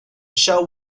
show